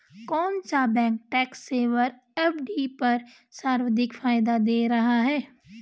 कौन सा bank tax saver FD पर सर्वाधिक फायदा दे रहा है?